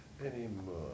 anymore